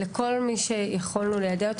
ליועץ המשפטי לממשלה ולכל מי שיכולנו ליידע,